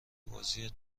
بازی